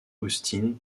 austin